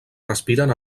respiren